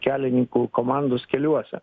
kelininkų komandos keliuose